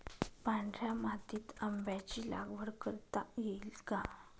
पांढऱ्या मातीत आंब्याची लागवड करता येईल का?